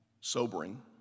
sobering